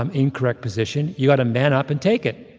um incorrect position, you ought to man up and take it.